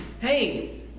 Hey